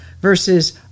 versus